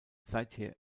seither